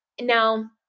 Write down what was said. Now